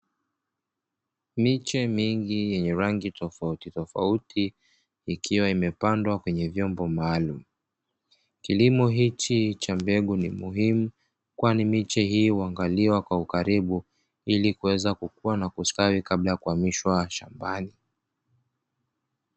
Miche mingi yenye rangi tofautitofauti ikiwa imepandwa kwenye vyombo maalumu. Kilimo hichi cha mbegu ni muhimu kwani, miche hii huangaliwa kwa ukaribu ili kuweza kukua na kustawi kabla ya kuhamishwa shambani.